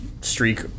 streak